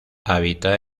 habita